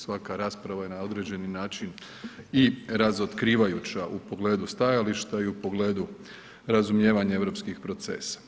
Svaka rasprava je na određeni način i razotkrivajuća u pogledu stajališta i u pogledu razumijevanja europskih procesa.